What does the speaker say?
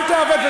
אל תעוות,